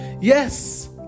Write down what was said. yes